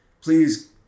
please